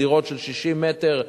בדירות של 60 מ"ר,